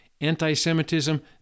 anti-Semitism